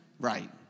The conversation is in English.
right